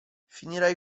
finirai